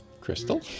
Crystal